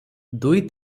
ଦୁଇ